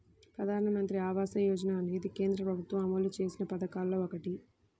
ప్రధానమంత్రి ఆవాస యోజన అనేది కేంద్ర ప్రభుత్వం అమలు చేసిన పథకాల్లో ఒకటి